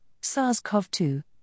SARS-CoV-2